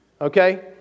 Okay